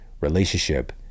relationship